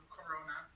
Corona